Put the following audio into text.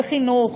בחינוך,